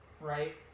right